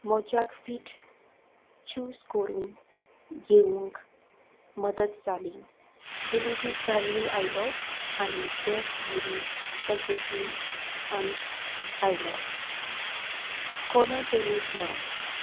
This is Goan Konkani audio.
मोज्याक फीट चूज करून घेवंक मदत जाली डिलिवरी टायमली आयलो आनी ड्रेस बोरी पॅकेजींगांत आयलो कोण डॅमेज ना